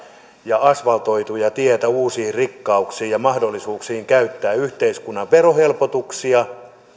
ja asfaltoituja teitä uusiin rikkauksiin ja mahdollisuuksiin käyttää yhteiskunnan verohelpotuksia